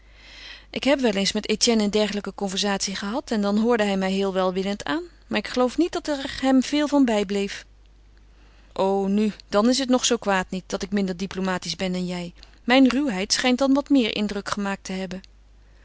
ik heb wel eens met etienne een dergelijke conversatie gehad en dan hoorde hij mij heel welwillend aan maar ik geloof niet dat er hem veel van bijbleef o nu dan is het nog zoo kwaad niet dat ik minder diplomatisch ben dan jij mijn ruwheid schijnt dan wat meer indruk gemaakt te hebben